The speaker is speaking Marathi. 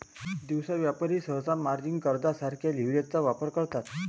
दिवसा व्यापारी सहसा मार्जिन कर्जासारख्या लीव्हरेजचा वापर करतात